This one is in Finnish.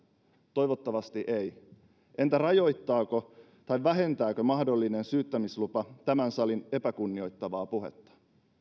toivottavasti ei entä rajoittaako tai vähentääkö mahdollinen syyttämislupa tämän salin epäkunnioittavaa puhetta